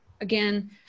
Again